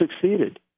succeeded